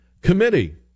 committee